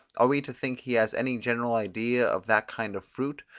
are we to think he has any general idea of that kind of fruit,